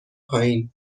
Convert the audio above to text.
پایین